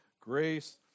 grace